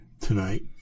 tonight